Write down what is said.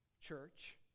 church